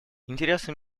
интересы